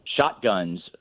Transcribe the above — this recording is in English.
shotguns